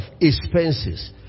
expenses